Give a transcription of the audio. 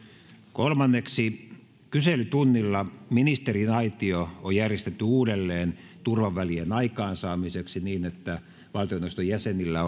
kolmanneksi kyselytunnilla ministeriaitio on järjestetty uudelleen turvavälien aikaansaamiseksi niin että valtioneuvoston jäsenillä